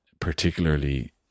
particularly